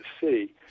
see